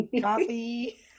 Coffee